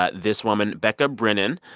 ah this woman, becca brennan,